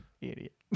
idiot